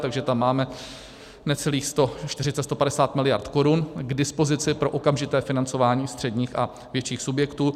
Takže tam máme necelých 140, 150 mld. korun k dispozici pro okamžité financování středních a větších subjektů.